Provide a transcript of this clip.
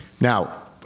Now